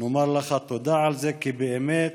נאמר לך תודה על זה, כי באמת